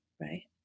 right